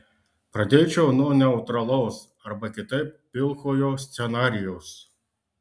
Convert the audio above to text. pradėčiau nuo neutralaus arba kitaip pilkojo scenarijaus